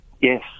Yes